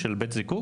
של בית זיקוק?